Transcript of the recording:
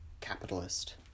capitalist